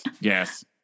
yes